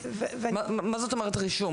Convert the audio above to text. מה זאת אומרת רישום?